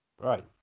Right